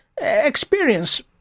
experience